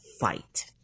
fight